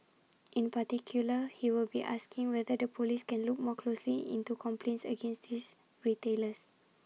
in particular he will be asking whether the Police can look more closely into complaints against his retailers